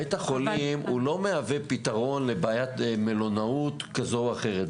בית החולים לא מהווה פתרון לבעיית מלונאות כזו או אחרת,